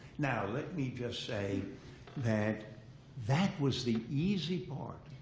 now let me just say that that was the easy part.